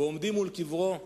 בעומדי מול קברו,